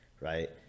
right